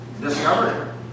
Discovered